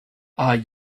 are